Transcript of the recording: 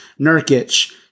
Nurkic